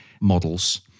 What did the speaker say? models